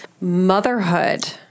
motherhood